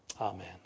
Amen